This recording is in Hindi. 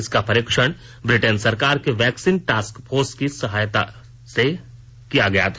इसका परीक्षण ब्रिटेन सरकार के वैक्सीन टास्कफोर्स की सहभागिता में किया गया था